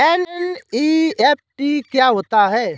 NEFT क्या होता है?